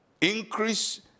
increase